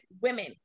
women